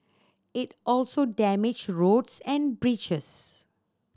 it also damaged roads and bridges